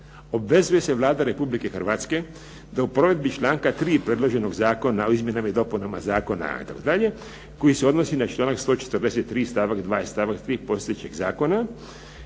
Obvezuje se Vlada Republike Hrvatske da u provedbi članka 3. predloženog Zakona o izmjenama i dopunama zakona itd. koji se odnosi na članak 143. stavak 2. i stavak 3. postojećeg zakona